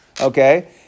okay